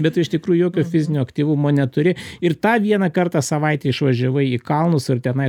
bet tu iš tikrųjų jokio fizinio aktyvumo neturi ir tą vieną kartą savaitėj išvažiavai į kalnus ar tenai